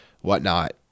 whatnot